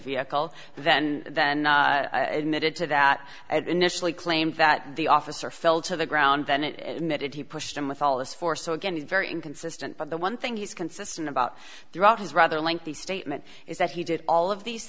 vehicle then then admitted to that it initially claimed that the officer fell to the ground then it made it he pushed him with all this force so again he's very inconsistent but the one thing he's consistent about throughout his rather lengthy statement is that he did all of these